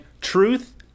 Truth